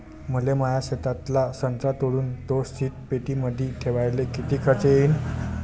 मले माया शेतातला संत्रा तोडून तो शीतपेटीमंदी ठेवायले किती खर्च येईन?